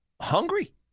hungry